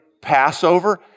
Passover